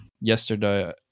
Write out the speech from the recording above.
yesterday